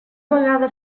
vegada